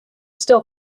still